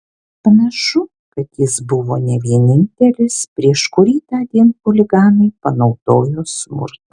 panašu kad jis buvo ne vienintelis prieš kurį tądien chuliganai panaudojo smurtą